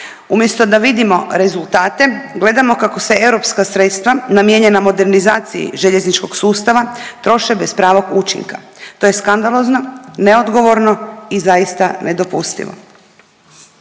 Umjesto da vidimo rezultate gledamo kako se europska sredstva namijenjena modernizaciji željezničkog sustava troše bez pravog učinka. To je skandalozno, neodgovorno i zaista nedopustivo.